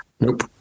Nope